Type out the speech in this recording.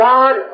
God